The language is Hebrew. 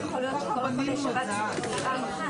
הסכם השכר